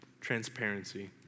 transparency